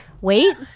wait